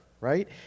right